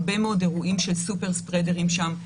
הרבה מאוד אירועים של סופר ספרדרים שם,